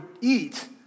eat